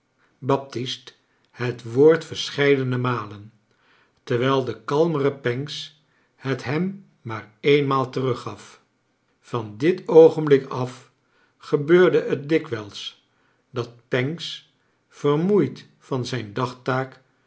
baptist het woord verse heidene malen terwijl de kalmere pancks het hem maar eenmaal teruggaf van dit oogenblik af gebeurde het dikwijls dat pancks vermoeid van zijn dagtaak